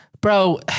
bro